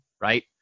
Right